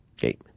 Okay